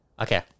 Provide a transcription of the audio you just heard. Okay